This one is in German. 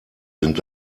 sind